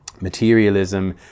materialism